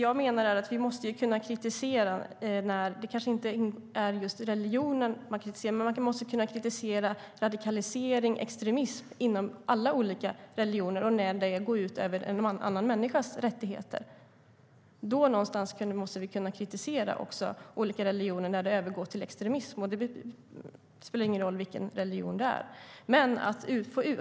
Herr talman! Det jag menar är att vi måste kunna kritisera radikalisering och extremism inom alla religioner när det går ut över en annan människas rättigheter. Vi måste kunna kritisera olika religioner när de övergår i extremism. Det spelar ingen roll vilken religion det är.